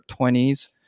20s